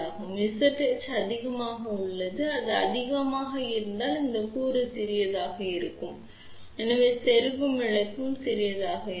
எனவே Zh அதிகமாக உள்ளது அது அதிகமாக இருந்தால் இந்த கூறு சிறியதாக இருக்கும் எனவே செருகும் இழப்பு சிறியதாக இருக்கும்